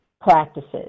practices